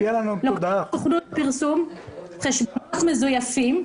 פתחו סוכנות פרסום חשבונות מזויפים,